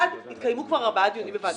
1. התקיימו כבר ארבעה דיונים בוועדת הכלכלה.